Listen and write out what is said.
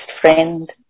friend